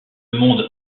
monde